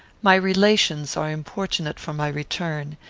my relations are importunate for my return,